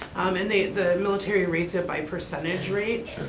and the military rates it by percentage rate. sure.